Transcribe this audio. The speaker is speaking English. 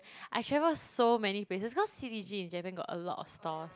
I travel so many places cause c_d_g in Japan got a lot of stores